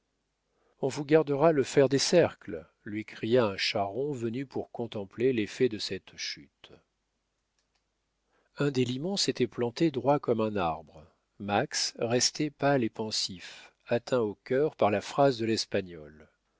on vous gardera le fer des cercles lui cria un charron venu pour contempler l'effet de cette chute un des limons s'était planté droit comme un arbre max restait pâle et pensif atteint au cœur par la phrase de l'espagnol